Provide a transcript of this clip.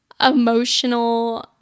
emotional